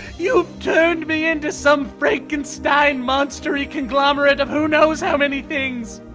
you've turned me into some frankenstein, monster-y, conglomerate of who knows how many things.